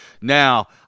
Now